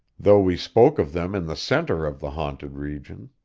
though we spoke of them in the centre of the haunted region.